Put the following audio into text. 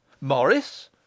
Morris